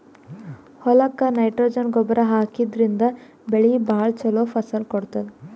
ಹೊಲಕ್ಕ್ ನೈಟ್ರೊಜನ್ ಗೊಬ್ಬರ್ ಹಾಕಿದ್ರಿನ್ದ ಬೆಳಿ ಭಾಳ್ ಛಲೋ ಫಸಲ್ ಕೊಡ್ತದ್